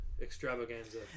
extravaganza